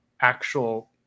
actual